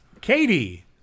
Katie